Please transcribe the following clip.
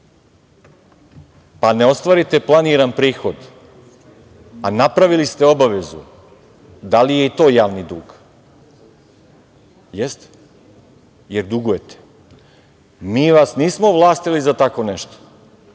pa ne ostvarite planiran prihod, a napravili ste obavezu, da li je i to javni dug? Jeste, jer dugujete. Mi vas nismo ovlastili za tako nešto,